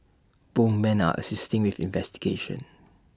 both men are assisting with investigations